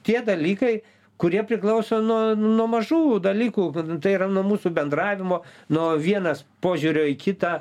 tie dalykai kurie priklauso nuo nuo mažų dalykų tai yra nuo mūsų bendravimo nuo vienas požiūrio į kitą